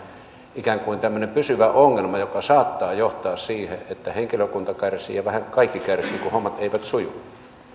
ikään kuin tämmöinen pysyvä ongelma joka saattaa johtaa siihen että henkilökunta kärsii ja vähän kaikki kärsivät kun hommat eivät suju